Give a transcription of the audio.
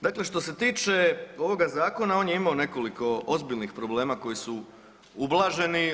Dakle, što se tiče ovoga zakona on je imao nekoliko ozbiljnih problema koji su ublaženi.